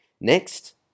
Next